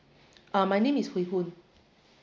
uh my name is hui hun